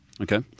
Okay